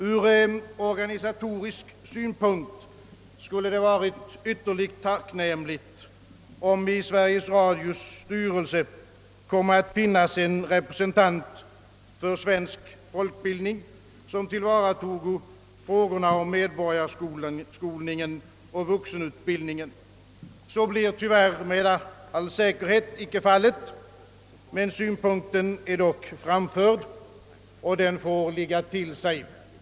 Ur rent organisatorisk synpunkt skulle det ha varit ytterligt tacknämligt om det i Sveriges Radios styrelse insattes en representant för svensk folkbildning, som tillvaratog frågorna om medborgarskolningen och vuxenutbildningen. Så blir tyvärr med all säkerhet icke fallet, men synpunkten är nu framförd och får ligga till sig.